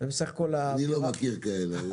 אני לא מכיר כאלה.